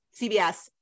CBS